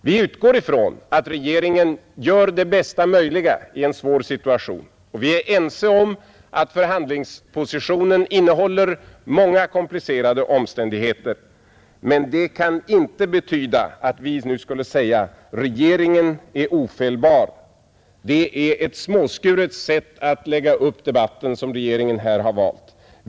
Vi utgår från att regeringen gör det bästa möjliga i en svår situation, Vi är ense om att förhandlingspositionen innehåller många komplicerade omständigheter, men det kan inte få betyda att vi nu skulle säga: Regeringen är ofelbar. Det är ett småskuret sätt att lägga upp debatten som regeringen här har valt.